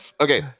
okay